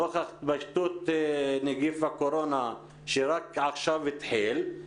נוכח התפשטות נגיף הקורונה שרק עכשיו התחיל.